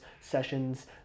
sessions